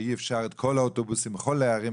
שאי אפשר לעשות באותה צורה את כל האוטובוסים בכל הערים,